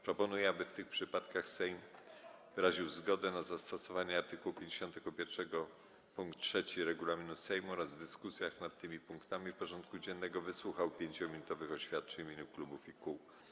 Proponuję, aby w tych przypadkach Sejm wyraził zgodę na zastosowanie art. 51 pkt 3 regulaminu Sejmu oraz w dyskusjach nad tymi punktami porządku dziennego wysłuchał 5-minutowych oświadczeń w imieniu klubów i kół.